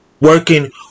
working